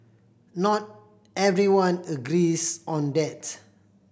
not everyone agrees on that